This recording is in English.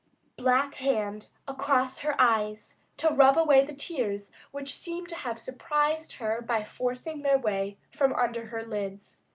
black hand across her eyes to rub away the tears which seemed to have surprised her by forcing their way from under her lids.